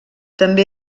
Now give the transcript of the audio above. també